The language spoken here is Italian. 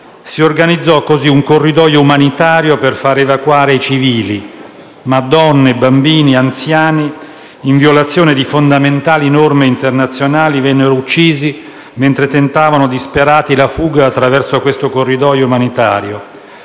Si organizzocosı un corridoio umanitario per far evacuare i civili. Ma donne, bambini ed anziani, in violazione di fondamentali norme internazionali, vennero uccisi mentre tentavano disperati la fuga attraverso quel corridoio umanitario.